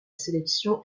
sélection